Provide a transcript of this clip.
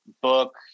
book